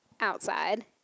outside